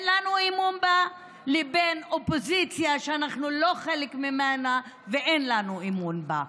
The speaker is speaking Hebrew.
לנו אמון בה לבין אופוזיציה שאנחנו לא חלק ממנה ואין לנו אמון בה.